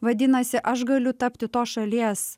vadinasi aš galiu tapti tos šalies